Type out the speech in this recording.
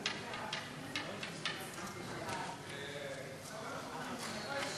תשלום פיצוי מיוחד בביטוח